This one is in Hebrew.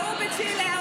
ההוא בצ'ילה,